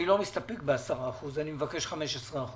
אני לא מסתפק ב-10%, אני מבקש 15%